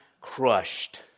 crushed